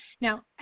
Now